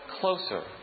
closer